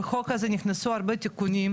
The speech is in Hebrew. בחוק הזה נכנסו הרבה תיקונים,